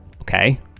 Okay